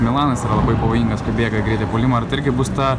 milanas yra labai pavojingas kai bėga į greitąjį puolimą ar tai irgi bus ta